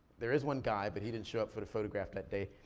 there is one guy but he didn't show up for the photograph that day.